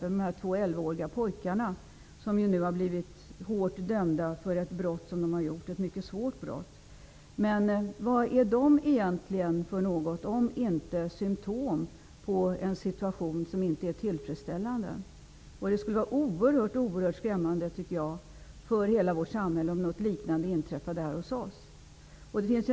Jag tänker då på de två elvaåriga pojkar som nu har blivit hårt dömda för ett mycket svårt brott som de har begått. Men vad är de här pojkarna för något om inte ett symtom på en situation som inte är tillfredsställande? Det skulle vara oerhört skrämmande för hela vårt samhälle om något liknande inträffade hos oss.